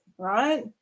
right